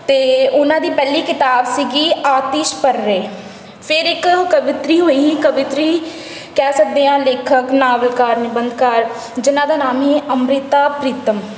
ਅਤੇ ਉਹਨਾਂ ਦੀ ਪਹਿਲੀ ਕਿਤਾਬ ਸੀਗੀ ਆਤਿਸ਼ ਪਰਰੇ ਫੇਰ ਇੱਕ ਕਵਿੱਤਰੀ ਹੋਈ ਕਵਿੱਤਰੀ ਕਹਿ ਸਕਦੇ ਹਾਂ ਲੇਖਕ ਨਾਵਲਕਾਰ ਨਿਬੰਧਕਾਰ ਜਿਨ੍ਹਾਂ ਦਾ ਨਾਮ ਸੀ ਅੰਮ੍ਰਿਤਾ ਪ੍ਰੀਤਮ